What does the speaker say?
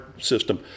system